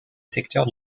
secteur